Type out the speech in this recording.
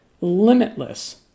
limitless